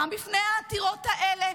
גם בפני העתירות האלה,